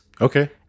okay